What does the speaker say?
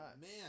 man